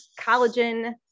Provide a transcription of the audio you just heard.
collagen